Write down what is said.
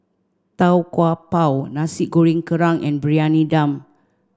Tau Kwa Pau Nasi Goreng Kerang and Briyani Dum